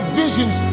visions